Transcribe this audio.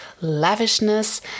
lavishness